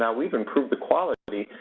now we have improved the quality.